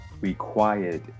required